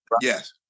Yes